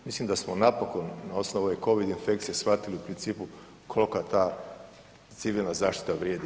Mislim da smo napokon na osnovu ove Covid infekcije shvatili u principu koliko ta civilna zaštita vrijedi.